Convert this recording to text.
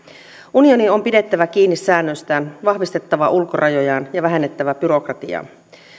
unionin on pidettävä kiinni säännöistään vahvistettava ulkorajojaan ja vähennettävä byrokratiaa